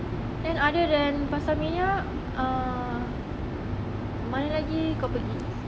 then other than Pastamania uh mana lagi kau pergi